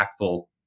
impactful